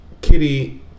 Kitty